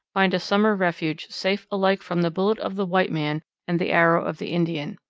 find a summer refuge safe alike from the bullet of the white man and the arrow of the indian.